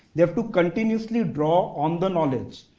they have to continuously draw on the knowledge,